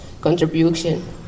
contribution